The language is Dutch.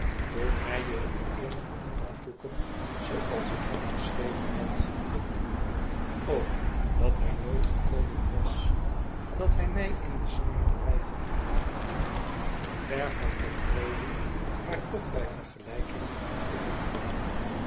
toen hij je het eerst kwam opzoeken zooals ik hem geschreven had dat hlj nooit gekomen was dat hij mij in de smederij had gelaten ver van tevreden maar toch bij vergelijking gelukkig